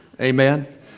Amen